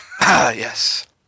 yes